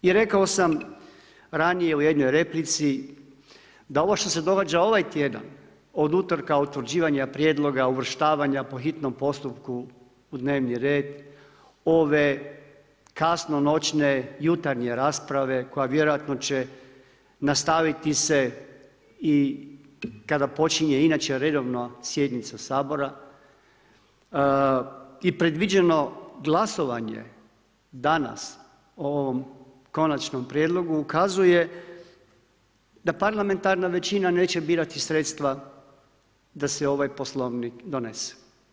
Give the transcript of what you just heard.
I rekao sam ranije u jednom replici da ovo što se događa ovaj tjedan, od utoraka od utvrđivanja prijedloga, uvrštavanja po hitnom postupku u dnevni red ove kasno noćne, jutarnje rasprave koja vjerojatno će nastaviti se i kada počinje inače redovna sjednica Sabora i predviđeno glasovanje danas o ovom konačnom prijedlogu ukazuje da parlamentarna većina neće birati sredstva da se ovaj Poslovnik donese.